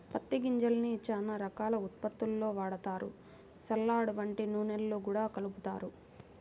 పత్తి గింజల్ని చానా రకాల ఉత్పత్తుల్లో వాడతారు, సలాడ్, వంట నూనెల్లో గూడా కలుపుతారు